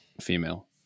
female